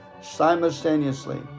simultaneously